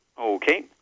Okay